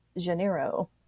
Janeiro